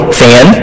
fan